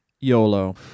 YOLO